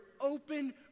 open